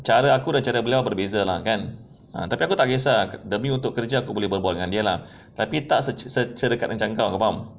cara aku dengan cara beliau berbeza lah kan ah tapi aku tak kisah tapi untuk kerja aku boleh bebual dengan dia lah tapi tak seceria macam kau kau faham